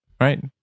right